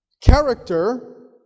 character